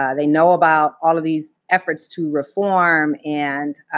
ah they know about all of these efforts to reform and